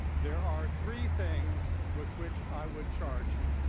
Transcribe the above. there are three things with which i would charge you.